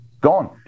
gone